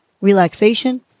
relaxation